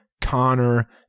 Connor